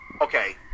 okay